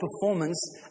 performance